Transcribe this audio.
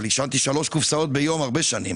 עישנתי שלוש קופסאות ביום במשך הרבה שנים